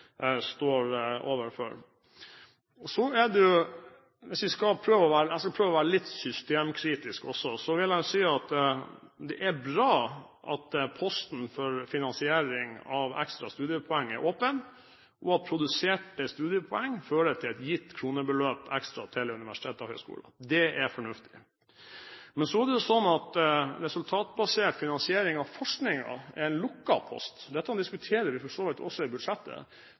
står overfor. Jeg skal prøve å være litt systemkritisk også. Da vil jeg si at det er bra at posten for finansiering av ekstra studiepoeng er åpen, og at produserte studiepoeng fører til et gitt kronebeløp ekstra til universiteter og høyskoler. Det er fornuftig. Men så er det sånn at resultatbasert finansiering av forskningen er en lukket post. Dette diskuterer vi for så vidt også i forbindelse med budsjettet.